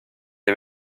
les